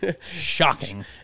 Shocking